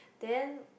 then